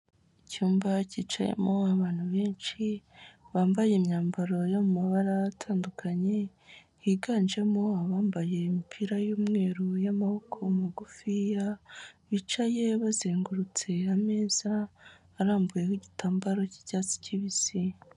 Icyumba cyicayemo abantu benshi bambaye imyambaro yo mumabara atandukanye, higanjemo abambaye imipira y'umweru y'amaboko magufiya bicaye bazengurutse ameza arambuyeho igitambaro cy'icyatsi kibisi.